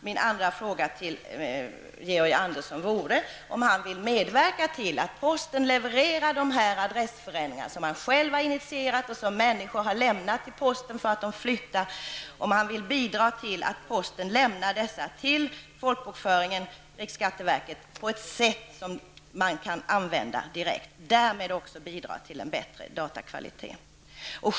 Min andra fråga till Georg Andersson är därför om han vill medverka till att posten levererar dessa adressändringar— systemet har han själv initierat — som människor har lämnat till posten för att de har flyttat, till folkbokföringen, riksskatteverket, på ett sätt som innebär att riksskatteverket kan använda dessa uppgifter direkt och så att man därmed bidrar till en bättre datakvalitet.